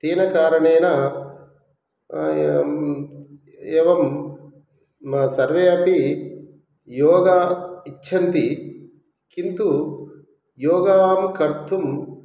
तेन कारणेन एवं म सर्वे अपि योगम् इच्छन्ति किन्तु योगं कर्तुं